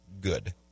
good